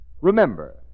Remember